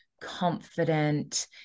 confident